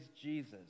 Jesus